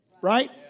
right